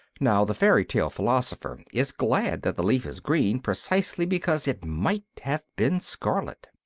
now, the fairy-tale philosopher is glad that the leaf is green precisely because it might have been scarlet.